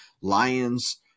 Lions